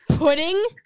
Pudding